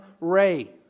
ray